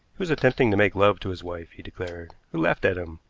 he was attempting to make love to his wife, he declared, who laughed at him,